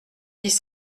dix